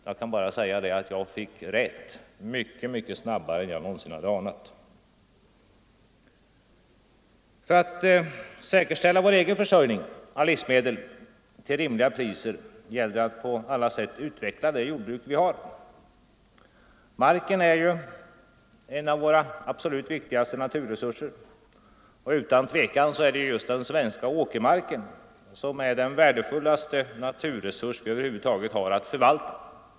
Jag kan bara säga att jag fick rätt mycket snabbare än jag någonsin hade anat. För att säkerställa vår egen försörjning av livsmedel till rimliga priser måste vi på alla sätt utveckla det jordbruk vi har. Marken är ju en av våra absolut viktigaste naturresurser, och utan tvivel är den svenska åkermarken den värdefullaste naturresurs vi över huvud taget har att förvalta.